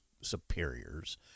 superiors